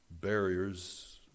barriers